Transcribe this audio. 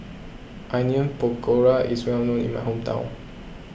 Onion Pakora is well known in my hometown